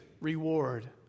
reward